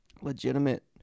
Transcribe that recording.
legitimate